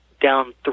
down